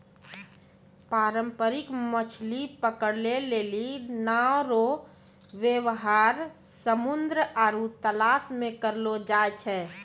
पारंपरिक मछली पकड़ै लेली नांव रो वेवहार समुन्द्र आरु तालाश मे करलो जाय छै